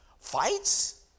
fights